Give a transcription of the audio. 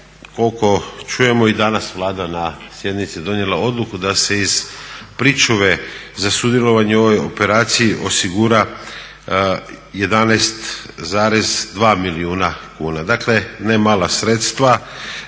koliko čujemo i danas Vlada na sjednici donijela odluku da se iz pričuve za sudjelovanje u ovoj operaciji osigura 11,2 milijuna kuna. Dakle ne mala sredstva,